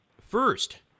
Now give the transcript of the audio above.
First